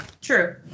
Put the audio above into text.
true